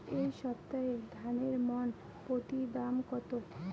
এই সপ্তাহে ধানের মন প্রতি দাম কত?